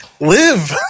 Live